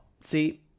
see